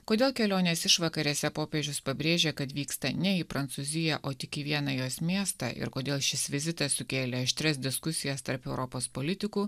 kodėl kelionės išvakarėse popiežius pabrėžė kad vyksta ne į prancūziją o tik į vieną jos miestą ir kodėl šis vizitas sukėlė aštrias diskusijas tarp europos politikų